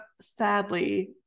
sadly